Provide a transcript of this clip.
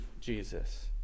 Jesus